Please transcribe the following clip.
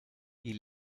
die